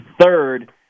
third